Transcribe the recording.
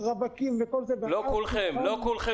לא כולכם